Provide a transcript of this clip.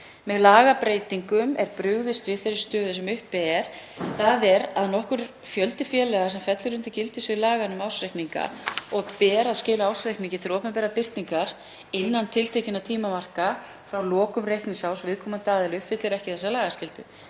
Með lagabreytingum er brugðist við þeirri stöðu sem uppi er, þ.e. að nokkur fjöldi félaga sem fellur undir gildissvið laganna um ársreikninga og ber að skila ársreikningi til opinberrar birtingar innan tiltekinna tímamarka frá lokum reikningsárs uppfylla ekki þessa lagaskyldu.